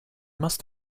must